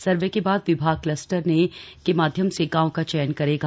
सर्वे के बाद विभाग कलस्टर के माध्यम से गांव का चयन करेगा